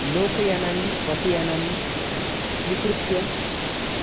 लोकयानानि बसयानानि स्वीकृत्य